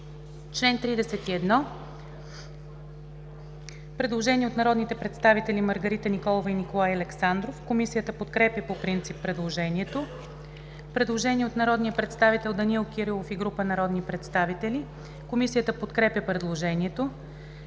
чл. 31 – предложение от народните представители Маргарита Николова и Николай Александров. Комисията подкрепя по принцип предложението. Предложение от народния представител Данаил Кирилов и група народни представители. Комисията подкрепя предложението.